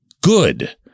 good